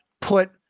put